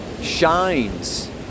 shines